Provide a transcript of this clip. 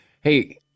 Hey